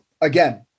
again